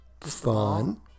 Fun